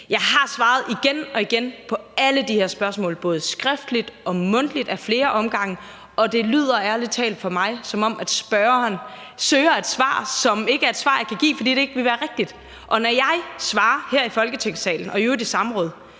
Jeg har svaret igen og igen på alle de her spørgsmål, både skriftligt og mundtligt ad flere omgange, og det lyder ærlig talt for mig, som om spørgeren søger et svar, som ikke er et svar, jeg kan give, fordi det ikke vil være rigtigt. Når jeg svarer her i Folketingssalen og i samråd,